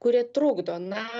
kurie trukdo na